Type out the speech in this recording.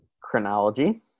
Chronology